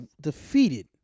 defeated